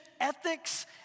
ethics